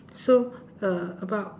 so uh about